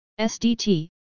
SDT